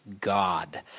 God